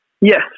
Yes